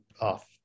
off